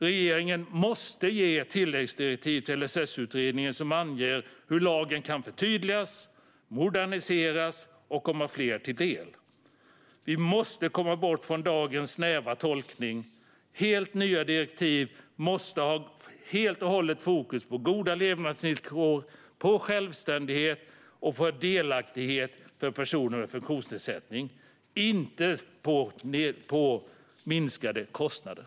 Regeringen måste ge tilläggsdirektiv till LSS-utredningen som anger hur lagen kan förtydligas, moderniseras och komma fler till del. Vi måste komma bort från dagens snäva tolkning. Nya direktiv måste helt och hållet ha fokus på goda levnadsvillkor, självständighet och delaktighet för personer med funktionsnedsättning, inte på minskade kostnader.